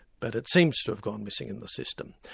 but it seems to have gone missing in the system.